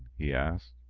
he asked.